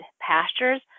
pastures